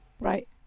Right